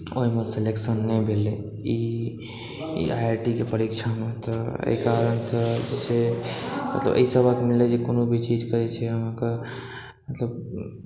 ओहिमे सिलेक्शन नहि भेलै ई आइ आइ टी के परीक्षामे तऽ एहि कारणसँ जे छै मतलब ई सबक मिललै जे कोनो भी चीजके जे छै अहाँकेॅं मतलब